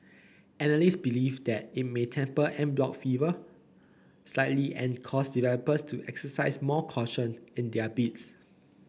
analysts believe that it may temper en bloc fervour slightly and cause developers to exercise more caution in their bids